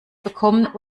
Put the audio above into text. bekommen